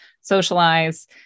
socialize